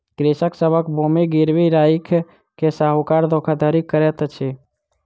कृषक सभक भूमि गिरवी राइख के साहूकार धोखाधड़ी करैत अछि